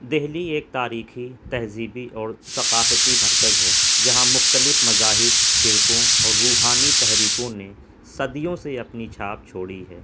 دہلی ایک تاریخی تہذیبی اور ثقافتی مرکز ہے جہاں مختلف مذاہب فرقوں اور روحانی تحریکوں نے صدیوں سے اپنی چھاپ چھوڑی ہے